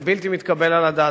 ובלתי מתקבל על הדעת.